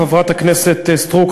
חברת הכנסת סטרוק,